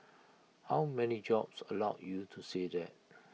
how many jobs allow you to say that